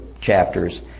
chapters